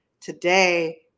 today